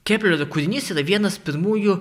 keplerio kūrinys yra vienas pirmųjų